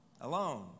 alone